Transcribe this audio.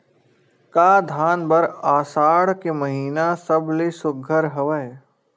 का धान बर आषाढ़ के महिना सबले सुघ्घर हवय?